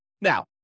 Now